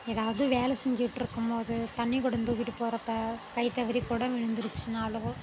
எதாவது வேலை செஞ்சிட்ருக்கும்போது தண்ணி கொடம் தூக்கிகிட்டு போகிறப்ப கை தவறி கொடம் விழுந்துடுச்சினாலோ